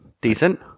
Decent